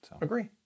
agree